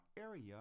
area